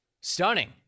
Stunning